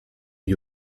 gli